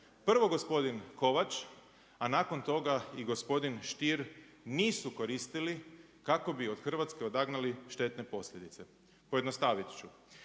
prvo gospodin Kovač, a nakon toga i gospodin Stier nisu koristili kako bi od Hrvatske odagnali štetne posljedice. Pojednostavit ću.